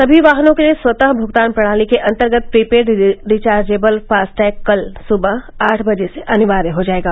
सभी वाहनों के लिए स्वतः भुगतान प्रणाली के अन्तर्गत प्रीपेड रिचार्जेबल फास्टैग कल सुबह आठ बजे से अनिवार्य हो जाएगा